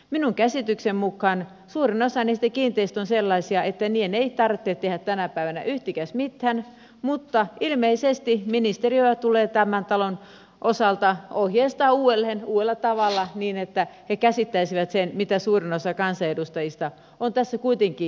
minun käsitykseni mukaan suurin osa niistä kiinteistöistä on sellaisia että niiden ei tarvitse tehdä tänä päivänä yhtikäs mitään mutta ilmeisesti ministeriötä tulee tämän talon osalta ohjeistaa uudelleen uudella tavalla niin että he käsittäisivät sen mitä suurin osa kansanedustajista on tässä kuitenkin ilmeisesti tarkoittanut